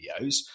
videos